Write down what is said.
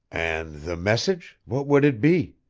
and the message what would it be?